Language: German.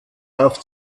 auf